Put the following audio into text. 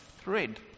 thread